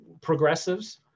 progressives